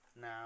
now